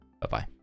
Bye-bye